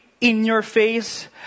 in-your-face